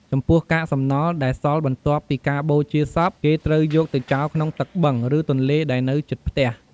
ចំពោះកាក់សំណល់ដែលសល់បន្ទាប់ពីការបូជាសព គេត្រូវយកទៅចោលក្នុងទឹកបឹង ឬទន្លេដែលនៅជិតផ្អះ។